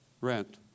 rent